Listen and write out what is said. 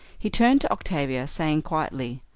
he turned to octavia, saying quietly,